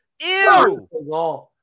Ew